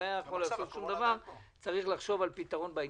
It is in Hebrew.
יש לחשוב על פתרון.